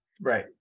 Right